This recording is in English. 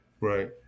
right